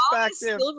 perspective